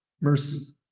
mercy